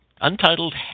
untitled